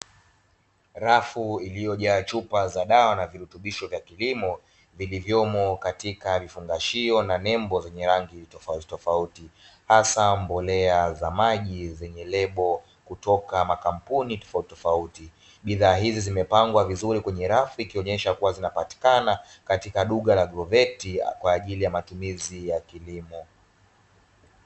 Rafu iliyojaa chupa za dawa na virutubisho vya kilimo vilivyomo katika vifungashio na nembo zenye rangi tofauti tofauti. hasa mbolea za maji zenye lebo kutoka makampuni tofauti tofauti, bidhaa hizi zimepangwa vizuri kwenye rafu ikionyesha kuwa zinapatikana katika duka la "AGROVET"kwa ajili ya matumizi ya kilimo.